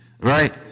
right